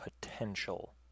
potential